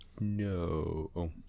No